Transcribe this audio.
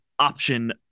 option